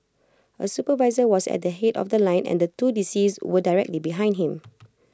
A supervisor was at the Head of The Line and two deceased were directly behind him